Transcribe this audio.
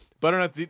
Butternut